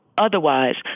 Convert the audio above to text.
otherwise